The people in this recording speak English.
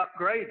upgraded